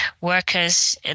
workers